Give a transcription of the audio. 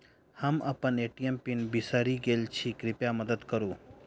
हम अप्पन ATM pin बिसरि गेल छी कृपया मददि करू